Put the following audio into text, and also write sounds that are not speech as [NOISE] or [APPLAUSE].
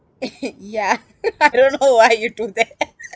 [LAUGHS] ya [LAUGHS] I don't know why you do that [LAUGHS]